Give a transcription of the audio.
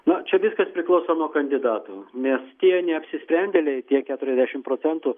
na čia viskas priklauso nuo kandidatų nes tie neapsisprendėliai tie keturiasdešimt procentų